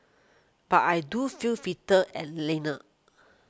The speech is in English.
but I do feel fitter and leaner